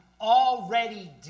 already